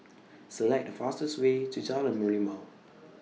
Select The fastest Way to Jalan Merlimau